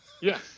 Yes